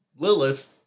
Lilith